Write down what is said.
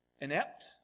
inept